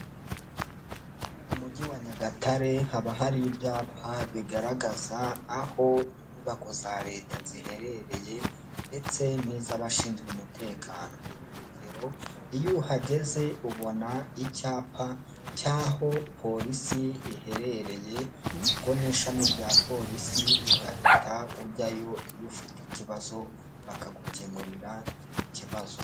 Mu mujyi wa Nyagatare haba hari ibyapa bigaragaza aho inyubako za leta ziherereye ndetse n'iz'abashinzwe umutekano, nk'urugero iyo uhageze ubona icyapa cy'aho polisi iherereye, ubwo n'ishami rya polisi ugahita ujyayo iyo ufite ikibazo, bakagukemurira icyo kibazo.